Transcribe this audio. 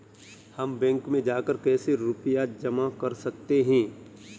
हम बैंक में जाकर कैसे रुपया जमा कर सकते हैं?